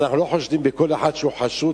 אנחנו לא חושדים בכל אחד שהוא חשוד